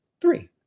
Three